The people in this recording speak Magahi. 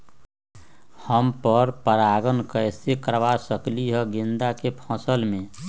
हम पर पारगन कैसे करवा सकली ह गेंदा के फसल में?